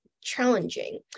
challenging